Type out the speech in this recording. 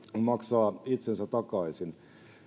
maksaa itsensä takaisin